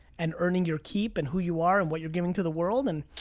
and earning your keep and who you are and what you're giving to the world, and